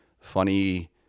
funny